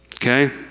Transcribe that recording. Okay